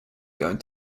going